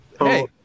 Hey